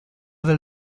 del